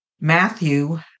Matthew